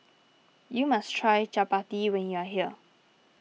you must try Chapati when you are here